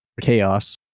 chaos